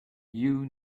you